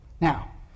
Now